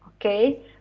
okay